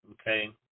okay